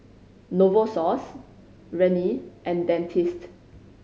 Novosource Rene and Dentiste